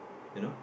you know